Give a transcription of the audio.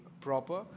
proper